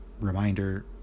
reminder